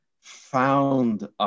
found